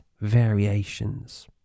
variations